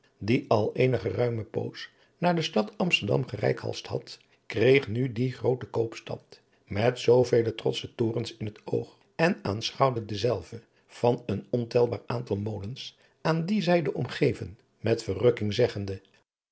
die al eene geruime poos naar de stad amsterdam gereikhalsd had kreeg nu die groote koopstad met zoovele trotsche torens in het oog en aanschouwde dezelve van een ontelbaar aantal molens aan die zijde omgeven met verrukking zeggende